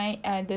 kan